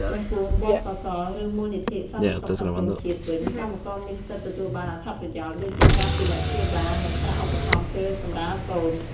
ចំពោះ ប.ស.ស. ឬ មូលនិធិសន្តិសុខសង្គមជាតិ វិញ កម្មករមានសិទ្ធិទទួលបានអត្ថប្រយោជន៍ដូចជាការពិនិត្យព្យាបាល និងប្រាក់ឧបត្ថម្ភពេលសម្រាលកូន។